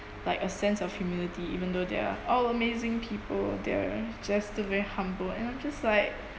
like a sense of humility even though they're all amazing people they're just too very humble and I'm just like